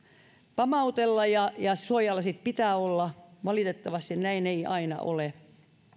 pamautella ja että suojalasit pitää olla valitettavasti näin ei aina ole